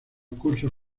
cursos